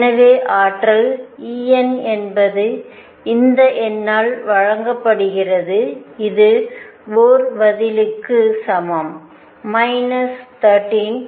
எனவே ஆற்றல் En என்பது இந்த எண்ணால் வழங்கப்படுகிறது இது போர் பதிலுக்கு சமம் 13